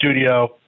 studio